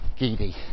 Gidi